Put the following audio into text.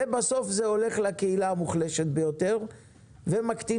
ובסוף זה הולך לקהילה המוחלשת ביותר ומקטין